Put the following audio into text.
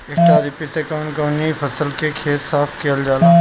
Straw reaper से कवन कवनी फसल के खेत साफ कयील जाला?